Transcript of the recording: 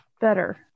better